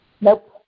Nope